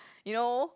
you know